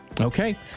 okay